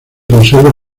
conserva